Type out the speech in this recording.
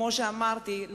כמו שאמרתי,